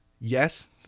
yes